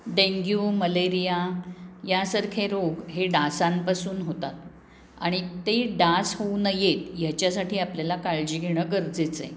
dengue malaria यासारखे रोग हे डासांपासून होतात आणि ते डास होऊ नयेत ह्याच्यासाठी आपल्याला काळजी घेणं गरजेचं आहे